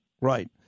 Right